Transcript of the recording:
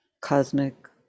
cosmic